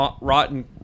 rotten